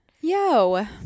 yo